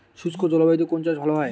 শুষ্ক জলবায়ুতে কোন চাষ ভালো হয়?